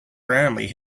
randomly